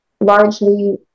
largely